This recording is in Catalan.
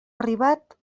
arribat